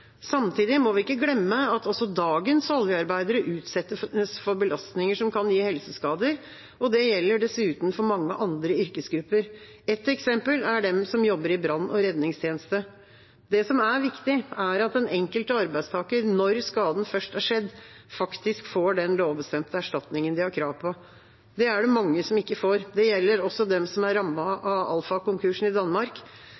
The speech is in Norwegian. Samtidig må vi ikke glemme at også dagens oljearbeidere utsettes for belastninger som kan gi helseskader, og det gjelder dessuten for mange andre yrkesgrupper. Ett eksempel er de som jobber i brann- og redningstjeneste. Det som er viktig, er at den enkelte arbeidstaker – når skaden først er skjedd – faktisk får den lovbestemte erstatningen de har krav på. Det er det mange som ikke får. Det gjelder også dem som er